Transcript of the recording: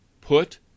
put